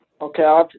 Okay